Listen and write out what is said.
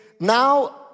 Now